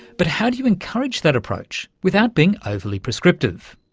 but how do you encourage that approach without being overly prescriptive?